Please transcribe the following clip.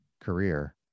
career